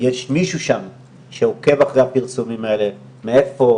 יש מישהו שעוקב אחרי הפרסומים האלה: מאיפה,